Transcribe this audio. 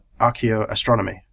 archaeoastronomy